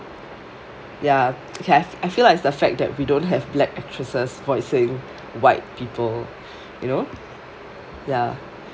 ya okay I I feel like it's the fact that we don't have like black actresses voicing white people you know ya